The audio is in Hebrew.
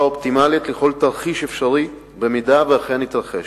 האופטימלית לכל תרחיש אפשרי במידה שאכן יתרחש.